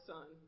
Son